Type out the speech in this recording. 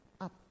up